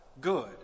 good